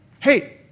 Hey